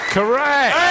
Correct